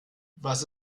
was